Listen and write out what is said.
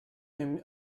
came